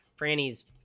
Franny's